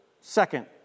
second